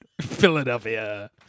Philadelphia